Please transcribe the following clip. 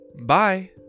Bye